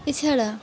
এছাড়া